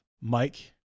Mike